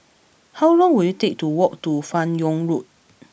how long will it take to walk to Fan Yoong Road